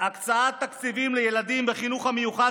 הקצאת תקציבים לילדים בחינוך המיוחד